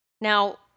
Now